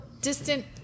distant